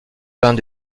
peinte